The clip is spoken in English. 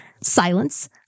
Silence